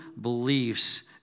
beliefs